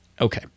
Okay